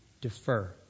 defer